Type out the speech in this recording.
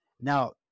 Now